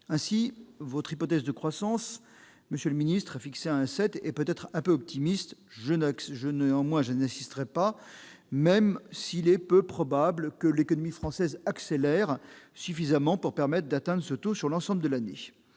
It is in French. ministre, votre hypothèse de croissance, fixée à 1,7 %, est peut-être un peu optimiste. Je n'insisterai pas, même s'il est peu probable que l'économie française accélère suffisamment pour permettre d'atteindre ce taux sur l'ensemble de l'année.